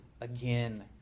again